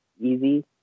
easy